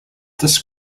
this